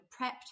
prepped